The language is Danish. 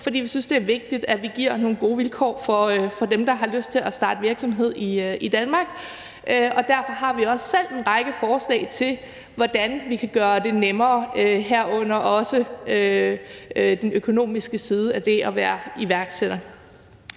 for vi synes, det er vigtigt, at vi giver nogle gode vilkår til dem, der har lyst til at starte virksomhed i Danmark. Derfor har vi også selv en række forslag til, hvordan vi kan gøre det nemmere, herunder også den økonomiske side af det at være iværksætter.